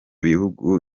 bihugu